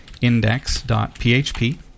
index.php